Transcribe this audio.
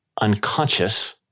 unconscious